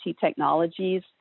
technologies